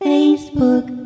Facebook